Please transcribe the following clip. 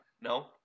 No